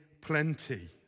plenty